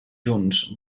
junts